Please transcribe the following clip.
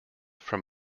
from